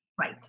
Right